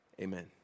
Amen